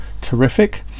terrific